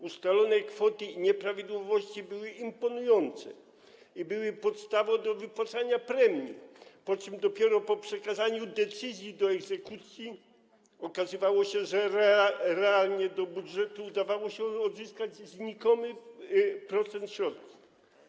Ustalone kwoty nieprawidłowości były imponujące i były podstawą do wypłacania premii, po czym dopiero po przekazaniu decyzji do egzekucji okazywało się, że realnie do budżetu udawało się odzyskać znikomy procent środków.